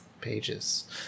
pages